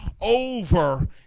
over